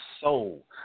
soul